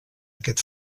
aquest